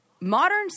modern